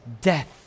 death